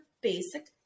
basic